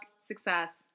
success